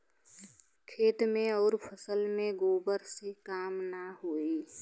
खेत मे अउर फसल मे गोबर से कम ना होई?